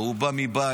לא --- הוא צודק,